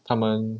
他们